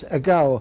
ago